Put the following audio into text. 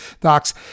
docs